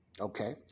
Okay